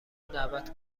دعوت